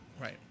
Right